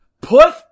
Put